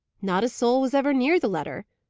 not a soul was ever near the letter,